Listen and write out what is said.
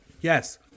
Yes